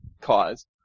cause